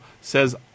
says